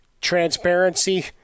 Transparency